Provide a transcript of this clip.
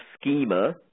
schema